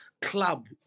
club